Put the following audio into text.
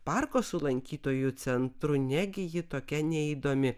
parko su lankytojų centru negi ji tokia neįdomi